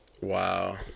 Wow